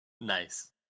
Nice